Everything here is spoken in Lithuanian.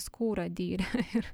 skūrą dyrė ir